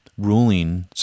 ruling